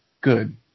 good